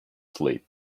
sleep